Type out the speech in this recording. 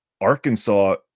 Arkansas